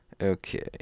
Okay